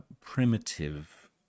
primitive